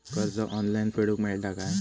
कर्ज ऑनलाइन फेडूक मेलता काय?